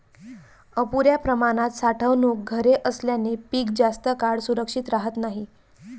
अपुर्या प्रमाणात साठवणूक घरे असल्याने पीक जास्त काळ सुरक्षित राहत नाही